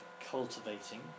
cultivating